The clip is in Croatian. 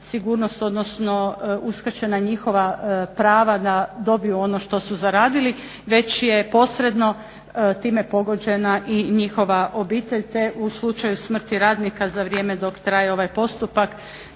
odnosno uskraćena njihova prava da dobiju ono što su zaradili već je posredno time pogođena i njihova obitelj, te u slučaju smrti radnika za vrijem dok traje ovaj postupak